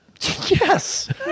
Yes